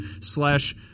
slash